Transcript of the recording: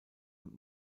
und